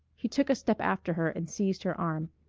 he took a step after her and seized her arm.